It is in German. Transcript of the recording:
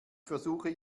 versuche